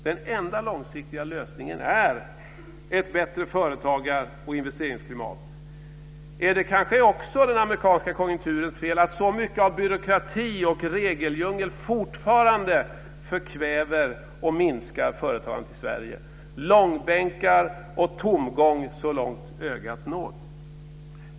Den enda långsiktiga lösningen är ett bättre företagar och investeringsklimat. Är det kanske också den amerikanska konjunkturens fel att så mycket av byråkrati och regeldjungel fortfarande förkväver och minskar företagandet i Sverige? Det är långbänkar och tomgång så långt ögat når. Fru talman!